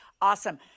awesome